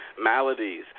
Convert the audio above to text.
maladies